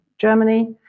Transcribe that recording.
Germany